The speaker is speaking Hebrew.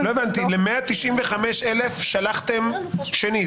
לא הבנתי, ל-195,000 שלחתם שני.